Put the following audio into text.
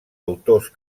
autors